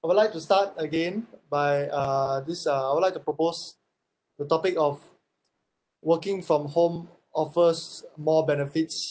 I would like to start again by uh this uh I would like to propose the topic of working from home offers more benefits